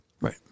Right